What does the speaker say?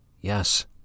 Yes